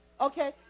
Okay